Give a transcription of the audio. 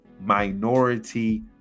minority